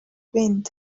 wind